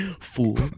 Fool